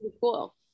cool